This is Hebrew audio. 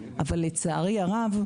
אבל לצערי הרב,